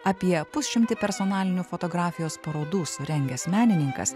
apie pusšimtį personalinių fotografijos parodų surengęs menininkas